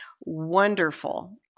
wonderful